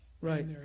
Right